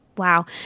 Wow